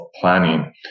planning